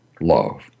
love